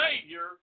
Savior